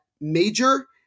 major